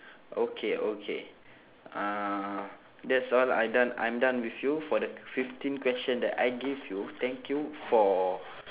okay okay uh that's all I done I'm done with you for the fifteen question that I gave you thank you for